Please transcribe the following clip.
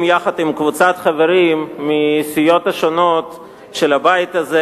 קבוצת חברים מהסיעות השונות של הבית הזה,